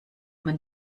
man